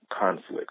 conflict